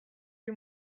les